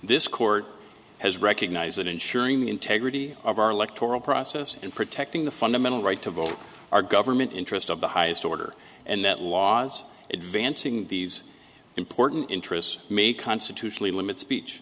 this court has recognized that ensuring the integrity of our electoral process and protecting the fundamental right to vote our government interest of the highest order and that laws advancing these important interests may constitutionally limit